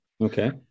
Okay